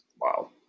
Wow